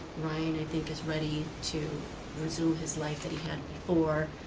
ryan, i think, is ready to resume his life that he had before.